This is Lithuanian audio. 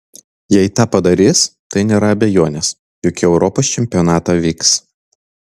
jei tą padarys tai nėra abejonės jog į europos čempionatą vyks